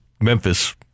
Memphis